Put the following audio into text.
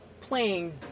playing